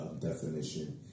definition